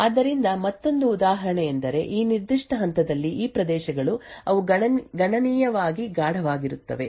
ಆದ್ದರಿಂದ ಮತ್ತೊಂದು ಉದಾಹರಣೆಯೆಂದರೆ ಈ ನಿರ್ದಿಷ್ಟ ಹಂತದಲ್ಲಿ ಈ ಪ್ರದೇಶಗಳು ಅವು ಗಣನೀಯವಾಗಿ ಗಾಢವಾಗಿರುತ್ತವೆ